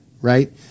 Right